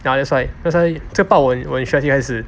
ya that's why that's why 这 part 我我很 stress 一开始